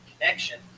connection